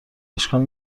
اشکال